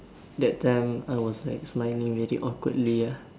that time I was smiling very awkwardly ah